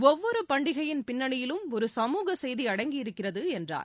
ஒவ்வொரு பண்டிகையின் பின்னணியிலும் ஒரு சமூக செய்தி அடங்கியிருக்கிறது என்றார்